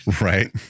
Right